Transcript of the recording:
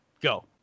Go